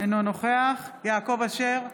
אינו נוכח יעקב אשר,